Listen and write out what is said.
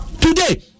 Today